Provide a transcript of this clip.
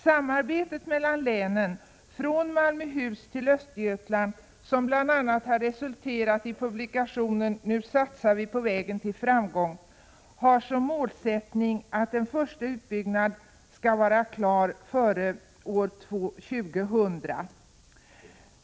Samarbetet mellan länen från Malmöhus till Östergötland, som bl.a. resulterat i publikationen ”Nu satsar vi på vägen till framgång”, har som målsättning att en första utbyggnad för hela E 66 skall vara klar före år 2000.